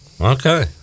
okay